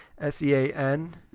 S-E-A-N